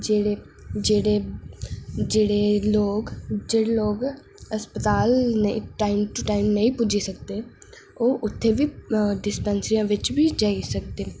जेहड़े जेहड़े जेहडे लोक जेहड़े लोक अस्पताल टाइम टू टाइम नेई पुज्जी सकदे ओह् उत्थै बी डिस्पैंसरियें बिच बी जाई सकदे ना